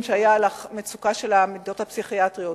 שהיה על המצוקה של המיטות הפסיכיאטריות.